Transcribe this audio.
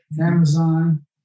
Amazon